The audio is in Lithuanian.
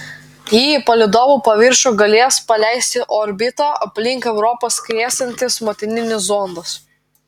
jį į palydovo paviršių galės paleisti orbita aplink europą skriesiantis motininis zondas